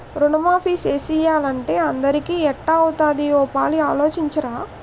రుణమాఫీ సేసియ్యాలంటే అందరికీ ఎట్టా అవుతాది ఓ పాలి ఆలోసించరా